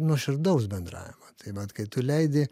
nuoširdaus bendravimo tai vat kai tu leidi